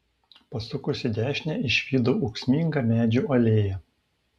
pasukus į dešinę išvydau ūksmingą medžių alėją